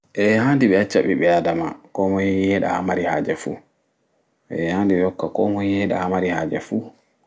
Eeeh haanɗi ɓe acca ɓiɓɓe aɗama komoi yeɗa ha mari haaje fu eeh haanɗi ɓe hokka komoi yeeɗa ha mari haaje fu.